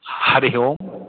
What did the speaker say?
हरिः ओम्